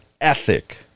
ethic